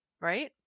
Right